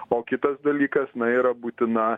o kitas dalykas na yra būtina